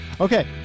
Okay